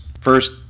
first